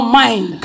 mind